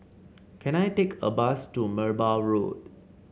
can I take a bus to Merbau Road